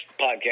podcast